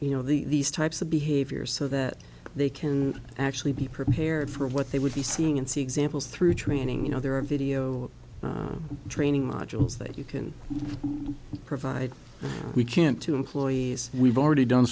you know these types of behaviors so that they can actually be prepared for what they would be seeing and see examples through training you know there are video training modules that you can provide we can't to employees we've already done